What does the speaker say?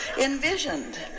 envisioned